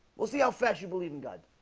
we'll see how fast you believe in god.